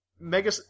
Mega